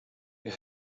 you